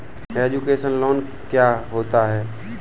Education loan क्या होता है?